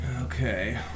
okay